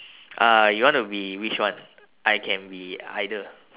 uh you want to be which one I can be either